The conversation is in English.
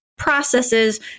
processes